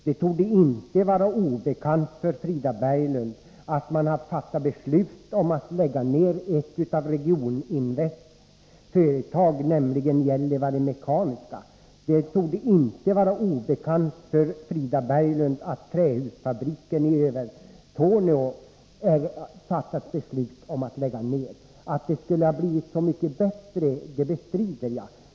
Det torde inte vara obekant för Frida Berglund att man har fattat beslut om att lägga ned ett av Regioninvests företag, nämligen Gällivare Mekaniska. Det torde inte heller vara obekant för Frida Berglund att man har fattat beslut om att lägga ned trähusfabriken i Övertorneå. Att det skulle ha blivit så mycket bättre bestrider jag.